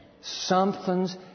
Something's